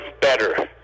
better